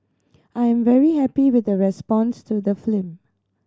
I am very happy with the response to the flim